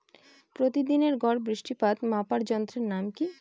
প্রতিদিনের গড় বৃষ্টিপাত মাপার যন্ত্রের নাম কি?